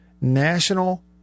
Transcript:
National